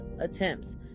attempts